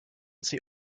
sie